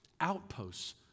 outposts